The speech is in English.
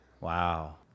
Wow